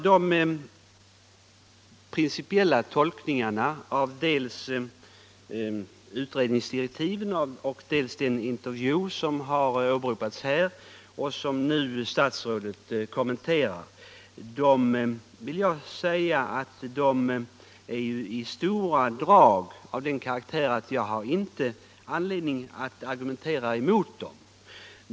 Herr talman! De principiella tolkningarna av dels utredningsdirektiven, dels den intervju som har åberopats här och som nu statsrådet. kommenterat är i stora drag sådana att jag inte har anledning att argumentera emot dem.